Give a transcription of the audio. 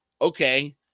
Okay